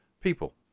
people